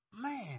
man